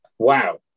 Wow